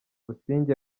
busingye